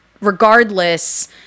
regardless